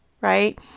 right